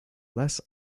less